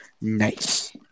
Nice